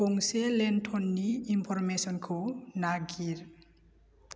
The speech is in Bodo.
गंसे लेनथ'ननि इनफ'रमेसनखौ नागिर